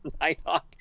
Nighthawk